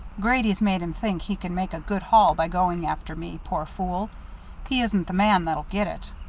grady's made him think he can make a good haul by going after me, poor fool he isn't the man that'll get it.